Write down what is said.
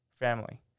family